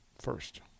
first